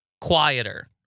quieter